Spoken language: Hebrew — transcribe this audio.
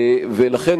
ולכן,